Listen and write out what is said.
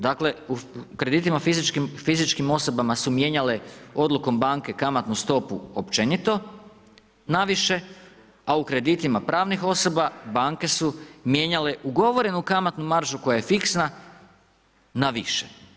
Dakle, u kreditima fizičkim osobama su mijenjale odlukom banke kamatnu stopu općenito, naviše, a u kreditima pravnih osoba, banke su mijenjali ugovorenu kamatnu maržu, koja je fiksna na više.